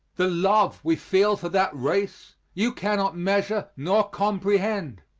the love we feel for that race, you cannot measure nor comprehend.